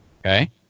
Okay